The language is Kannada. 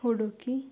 ಹುಡುಕಿ